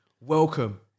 welcome